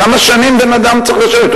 כמה שנים בן-אדם צריך לשבת?